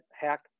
hack